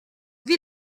wie